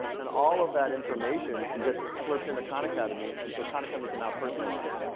and all of that information gets slurped into khan academy, and so khan academy can now personalize.